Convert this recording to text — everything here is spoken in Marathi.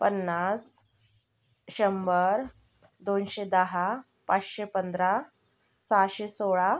पन्नास शंभर दोनशे दहा पाचशे पंधरा सहाशे सोळा